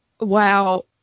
Wow